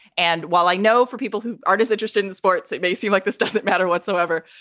and while i know for people who aren't as interested in sports, it may seem like this doesn't matter whatsoever.